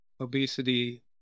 obesity